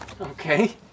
Okay